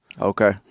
Okay